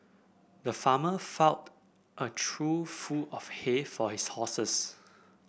the farmer a trough full of hay for his horses